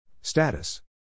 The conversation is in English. Status